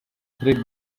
three